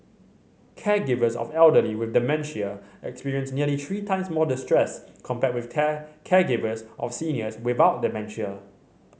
caregivers of elderly with dementia experienced nearly three times more distress compared with caregivers of seniors without dementia